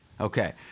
Okay